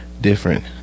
different